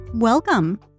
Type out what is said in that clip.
Welcome